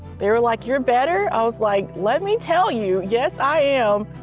they were like, you're better? i was like let me tell you, yes, i am.